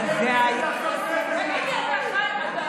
לעשות נזק לעצמאים?